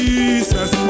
Jesus